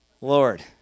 Lord